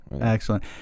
Excellent